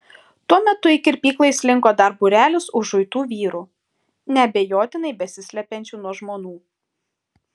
tuo metu į kirpyklą įslinko dar būrelis užuitų vyrų neabejotinai besislepiančių nuo žmonų